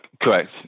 Correct